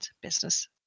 business